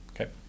Okay